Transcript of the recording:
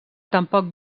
tampoc